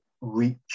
reach